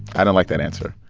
i don't like that answer.